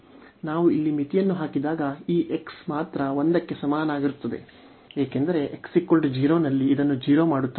ನಾವು ಇಲ್ಲಿ ಮಿತಿಯನ್ನು ಹಾಕಿದಾಗ ಈ x ಮಾತ್ರ 1 ಕ್ಕೆ ಸಮನಾಗಿರುತ್ತದೆ ಏಕೆಂದರೆ x 0 ನಲ್ಲಿ ಇದನ್ನು 0 ಮಾಡುತ್ತದೆ